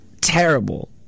terrible